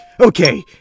Okay